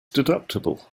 deductible